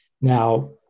Now